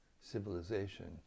civilization